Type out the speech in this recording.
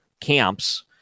camps